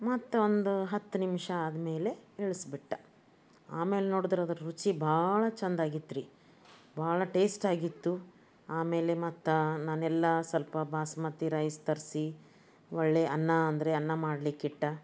ಮತ್ತು ಒಂದು ಹತ್ತು ನಿಮಿಷ ಆದ್ಮೇಲೆ ಇಳ್ಸ್ಬಿಟ್ಟು ಆಮೇಲೆ ನೋಡ್ದ್ರೆ ಅದ್ರ ರುಚಿ ಭಾಳ ಚೆಂದಾಗಿತ್ತು ರೀ ಭಾಳ ಟೇಸ್ಟಾಗಿತ್ತು ಆಮೇಲೆ ಮತ್ತು ನಾನೆಲ್ಲ ಸ್ವಲ್ಪ ಬಾಸ್ಮತಿ ರೈಸ್ ತರಿಸಿ ಒಳ್ಳೆ ಅನ್ನ ಅಂದರೆ ಅನ್ನ ಮಾಡಲಿಕ್ಕಿಟ್ಟು